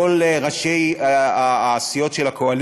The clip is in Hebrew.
אני רוצה לדבר לכל ראשי הסיעות של הקואליציה,